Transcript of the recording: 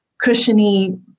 cushiony